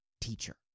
Teacher